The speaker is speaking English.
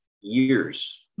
years